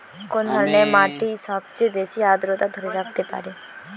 কোন ধরনের মাটি সবচেয়ে বেশি আর্দ্রতা ধরে রাখতে পারে?